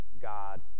God